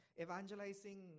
evangelizing